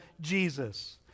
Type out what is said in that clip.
Jesus